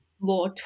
law